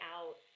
out